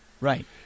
Right